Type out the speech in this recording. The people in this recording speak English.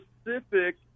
specific –